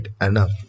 enough